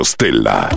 Stella